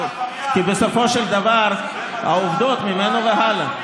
כי בסופו של דבר העובדות ממנו והלאה.